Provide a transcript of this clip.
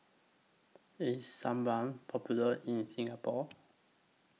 IS Sebamed Popular in Singapore